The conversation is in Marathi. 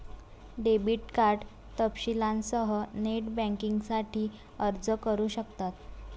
डेबिट कार्ड तपशीलांसह नेट बँकिंगसाठी अर्ज करू शकतात